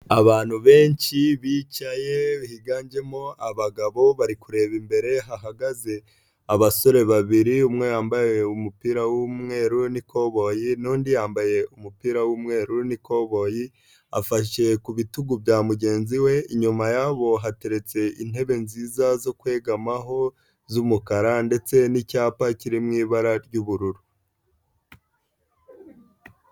Abantu benshi bicaye higanjemo abagabo bari kureba imbere, hahagaze abasore babiri, umwe yambaye umupira w'umweru n'ikoboyi n'undi yambaye umupira w'umweru n'ikoboyi afashe ku bitugu bya mugenzi we, inyuma yabo hateretse intebe nziza zo kwegamaho z'umukara ndetse n'icyapa kiri mu ibara ry'ubururu.